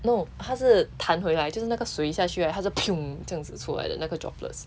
no 他是弹回来就是那个水一下去他就 这样子出来的那个 droplets